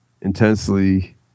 intensely